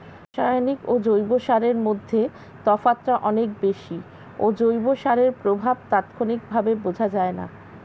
রাসায়নিক ও জৈব সারের মধ্যে তফাৎটা অনেক বেশি ও জৈব সারের প্রভাব তাৎক্ষণিকভাবে বোঝা যায়না